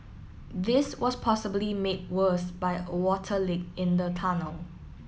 this was possibly made worse by a water leak in the tunnel